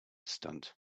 stunt